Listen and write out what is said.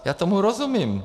Já tomu rozumím.